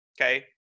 okay